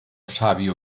sábio